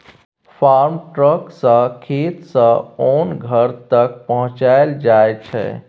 farm truck सँ खेत सँ ओन घर तक पहुँचाएल जाइ छै